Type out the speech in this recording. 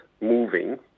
moving